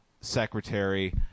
Secretary